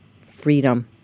freedom